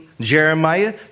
Jeremiah